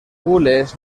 gules